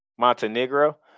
montenegro